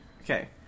Okay